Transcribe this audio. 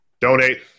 donate